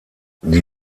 die